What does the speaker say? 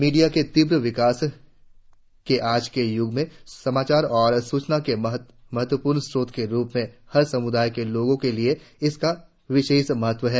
media के तीव्र विकास के आज के युग में समाचार और सूचना के महत्वपूर्ण स्रोत के रुप में हर समुदाय के लोगों के लिए इसका विशेस महत्व है